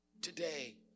Today